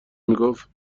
میگفت